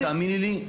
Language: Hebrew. תאמיני לי,